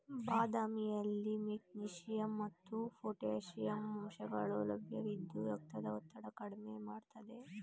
ಬಾದಾಮಿಯಲ್ಲಿ ಮೆಗ್ನೀಷಿಯಂ ಮತ್ತು ಪೊಟ್ಯಾಷಿಯಂ ಅಂಶಗಳು ಲಭ್ಯವಿದ್ದು ರಕ್ತದ ಒತ್ತಡ ಕಡ್ಮೆ ಮಾಡ್ತದೆ